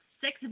six